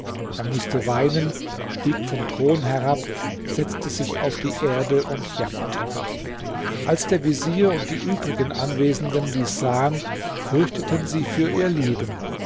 er mußte weinen stieg vom thron herab setzte sich auf die erde und jammerte als der vezier und die übrigen anwesenden dies sahen fürchteten sie für ihr leben